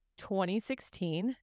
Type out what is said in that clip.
2016